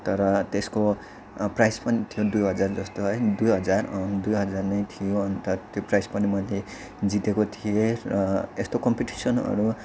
तर त्यसको प्राइज पनि थियो दुई हजार जस्तो है दुई हजार दुई हजार नै थियो अन्त त्यो प्राइज पनि मैले जितेको थिएँ र यस्तो कम्पिटिसनहरू